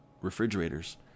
refrigerators